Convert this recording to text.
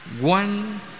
one